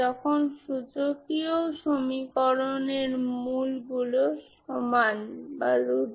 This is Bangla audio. এগুলি আসলে আপনার ফোরিয়ার ট্রান্সফর্ম